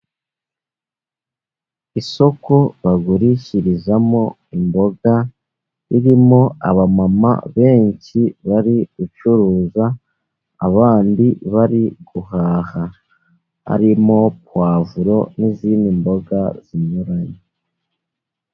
Isoko bagurishirizamo imboga, ririmo abamama benshi bari gucuruza, abandi bari guhaha, harimo puwavuro n'izindi mboga zinyuranye.